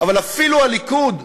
אבל אפילו הליכוד,